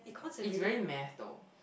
it's very math though